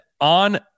on